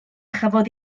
chafodd